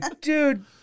dude